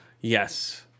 Yes